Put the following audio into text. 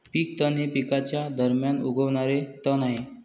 पीक तण हे पिकांच्या दरम्यान उगवणारे तण आहे